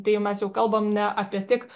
tai jau mes jau kalbam ne apie tik